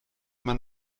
man